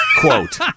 Quote